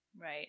right